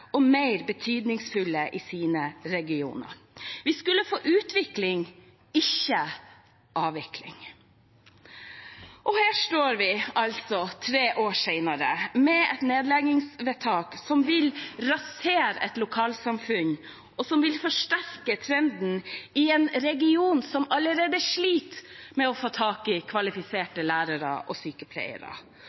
og mer betydningsfullt i regionen. Vi skulle få utvikling, ikke avvikling. Her står vi altså tre år senere med et nedleggingsvedtak som vil rasere et lokalsamfunn, og som vil forsterke trenden i en region som allerede sliter med å få tak i kvalifiserte lærere og sykepleiere.